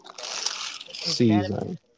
season